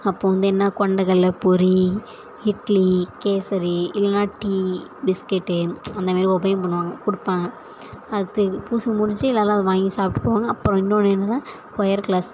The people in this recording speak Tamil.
அப்போது வந்து என்ன கொண்டக்கடல பொரி இட்லி கேசரி இல்லைன்னா டீ பிஸ்கெட்டு அந்த மாரி உபயம் பண்ணுவாங்க கொடுப்பாங்க அது பூஜை முடித்து எல்லோரும் அதை வாங்கி சாப்பிட்டு போவாங்க அப்புறம் இன்னொன்று என்னென்னா கொயர் க்ளாஸ்